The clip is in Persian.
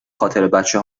خاطربچه